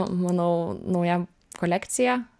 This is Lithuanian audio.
manau nauja kolekcija